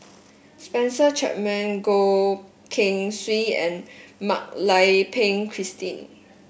Spencer Chapman Goh Keng Swee and Mak Lai Peng Christine